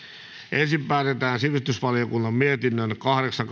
ensin päätetään sivistysvaliokunnan mietinnön kahdeksan